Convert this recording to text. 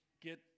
get